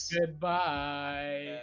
Goodbye